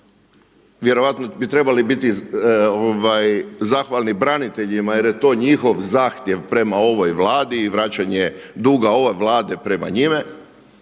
Vjerojatno bi trebali biti zahvalni branitelji jer je to njihov zahtjev prema ovoj Vladi i vraćanje duga ove Vlade prema njima.